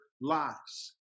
lives